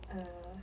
uh